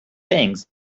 things